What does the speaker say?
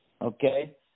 Okay